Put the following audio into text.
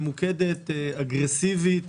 ממוקדת, אגרסיבית,